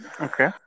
Okay